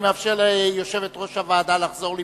אני מאפשר ליושבת-ראש הוועדה לחזור למקומה.